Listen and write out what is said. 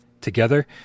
together